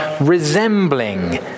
resembling